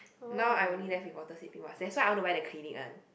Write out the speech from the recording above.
now I only left with water sleeping mask that's why I want to buy the Clinique one